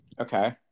Okay